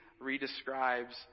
re-describes